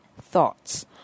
thoughts